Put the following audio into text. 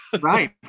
right